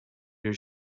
your